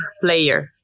player